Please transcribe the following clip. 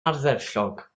ardderchog